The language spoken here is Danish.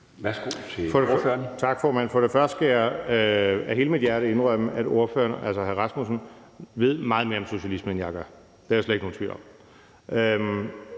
Tak, formand. Først skal jeg af hele mit hjerte indrømme, at hr. Søren Egge Rasmussen ved meget mere om socialisme, end jeg gør. Det er der slet ikke nogen tvivl om,